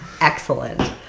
excellent